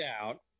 out